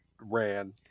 ran